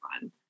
fun